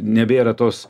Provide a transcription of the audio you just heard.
nebėra tos